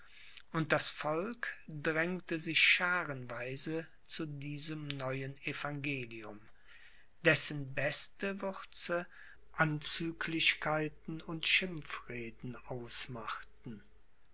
und das volk drängte sich schaarenweise zu diesem neuen evangelium dessen beste würze anzüglichkeiten und schimpfreden ausmachten